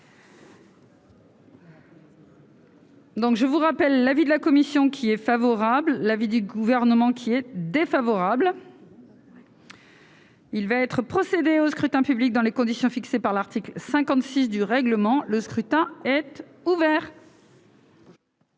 Je rappelle que l'avis de la commission est favorable et que celui du Gouvernement est défavorable. Il va être procédé au scrutin dans les conditions fixées par l'article 56 du règlement. Le scrutin est ouvert.